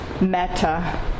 meta